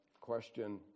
question